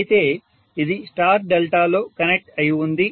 అయితే అది star delta లో కనెక్ట్ అయి ఉంది